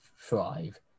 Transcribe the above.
thrive